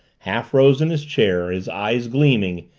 half-rose in his chair, his eyes gleaming,